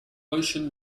ocean